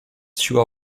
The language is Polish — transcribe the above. siła